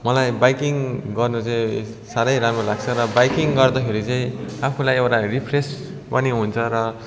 मलाई बाइकिङ गर्नु चाहिँ साह्रै राम्रो लाग्छ र बाइकिङ गर्दाखेरि चाहिँ आफूलाई एउटा रिफ्रेस पनि हुन्छ र